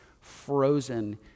frozen